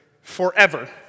forever